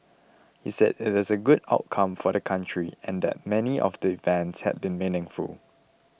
he said it is a good outcome for the country and that many of the events had been meaningful